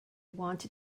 wanted